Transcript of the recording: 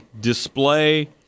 display